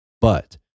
but-